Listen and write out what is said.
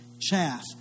chaff